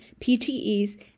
ptes